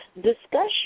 discussion